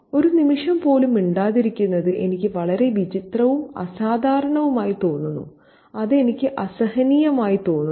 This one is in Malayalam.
ഒരു നിമിഷം പോലും മിണ്ടാതിരിക്കുന്നത് എനിക്ക് വളരെ വിചിത്രവും അസാധാരണവുമായി തോന്നുന്നു അത് എനിക്ക് അസഹനീയമാണെന്ന് തോന്നുന്നു